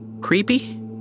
creepy